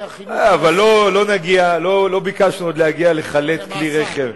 אבל לא ביקשנו עוד להגיע לחילוט כלי רכב.